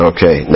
Okay